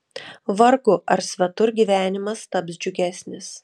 vargu ar svetur gyvenimas taps džiugesnis